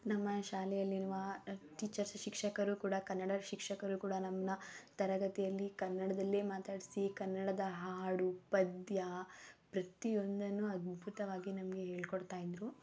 ನಮ್ಮ ಶಾಲೆಯಲ್ಲಿರುವ ಟೀಚರ್ಸ್ ಶಿಕ್ಷಕರು ಕೂಡ ಕನ್ನಡ ಶಿಕ್ಷಕರು ಕೂಡ ನಮ್ಮನ್ನ ತರಗತಿಯಲ್ಲಿ ಕನ್ನಡದಲ್ಲೇ ಮಾತಾಡಿಸಿ ಕನ್ನಡದ ಹಾಡು ಪದ್ಯ ಪ್ರತಿಯೊಂದನ್ನೂ ಅದ್ಭುತವಾಗಿ ನಮಗೆ ಹೇಳಿಕೊಡ್ತಾ ಇದ್ದರು